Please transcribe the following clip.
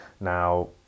Now